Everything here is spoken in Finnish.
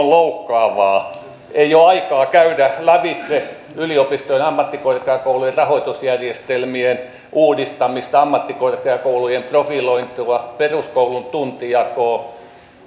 loukkaavaa ei ole aikaa käydä lävitse yliopistojen ja ammattikorkeakoulujen rahoitusjärjestelmien uudistamista ammattikorkeakoulujen profilointia peruskoulun tuntijakoa